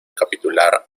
capitular